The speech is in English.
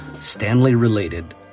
Stanley-related